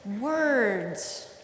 words